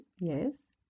Yes